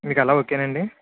మీకు అలా ఒకేనా అండి